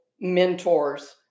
mentors